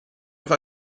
auch